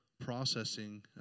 processing